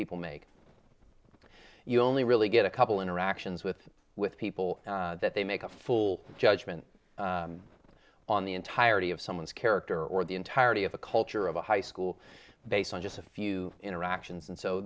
people make you only really get a couple interactions with with people that they make a full judgment on the entirety of someone's character or the entirety of a culture of a high school based on just a few interactions and so